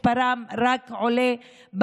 מספרם במדינה רק עולה.